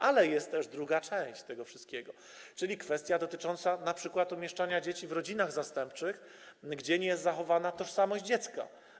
Ale jest też druga część tego wszystkiego, czyli kwestia dotycząca np. umieszczania dzieci w rodzinach zastępczych, gdzie nie jest zachowana tożsamość dziecka.